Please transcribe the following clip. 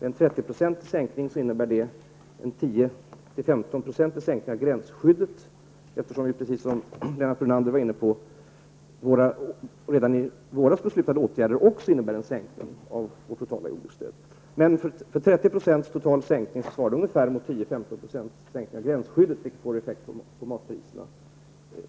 En 30-procentig sänkning innebär en 10--15 som Brunander var inne på -- även våra i våras beslutade åtgärder innebär en sänkning av det totala jordbruksstödet. En sådan 10--15-procentig sänkning av gränsskyddet får effekt på matpriserna.